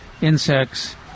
insects